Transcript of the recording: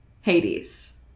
Hades